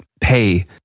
pay